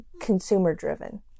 consumer-driven